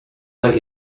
let